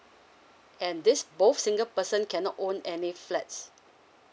and this both single person cannot own any flats